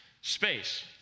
space